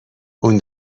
اون